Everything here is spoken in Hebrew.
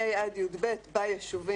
שה' "ב ביישובים